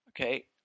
Okay